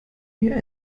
wir